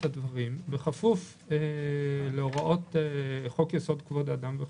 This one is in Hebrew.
הדברים בכפוף להוראות חוק-יסוד: כבוד האדם וחירותו,